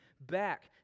back